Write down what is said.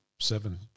seven